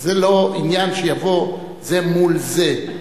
זה לא עניין שיבוא זה מול זה.